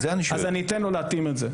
אני אתן לו להתאים את זה.